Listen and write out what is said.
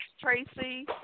Tracy